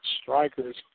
Strikers